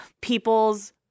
people's